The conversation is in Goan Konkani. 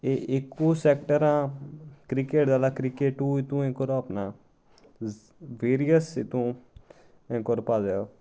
एकू सॅक्टरां क्रिकेट जायो क्रिकेटू इतूं करोपना वेरयस इतू हे करपा जायो